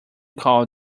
called